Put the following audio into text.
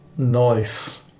Nice